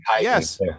Yes